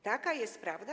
Taka jest prawda.